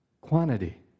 quantity